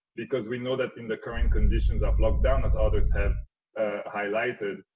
because we know that in the current conditions of lockdown, as others have highlighted,